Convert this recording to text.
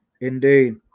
Indeed